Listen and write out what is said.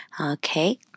Okay